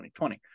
2020